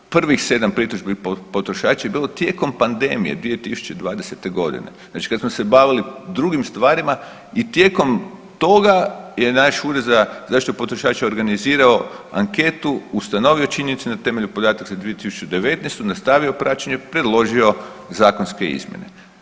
Prvih sedam pritužbi potrošača je bilo tijekom pandemije 2020.g. znači kada smo se bavili drugim stvarima i tijekom toga je naš Ured za zaštitu potrošača organizirao anketu, ustanovio činjenicu na temelju podataka za 2019., nastavio praćenje, predložio zakonske izmjene.